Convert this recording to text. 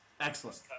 Excellent